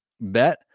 bet